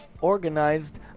organized